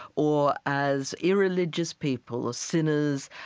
or as irreligious people, ah sinners,